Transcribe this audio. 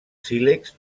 sílex